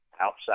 outside